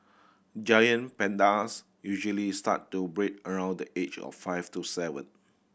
giant pandas usually start to breed around the age of five to seven